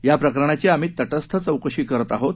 याप्रकरणाची आम्ही तटस्थ चौकशी करत आहोत